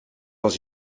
dans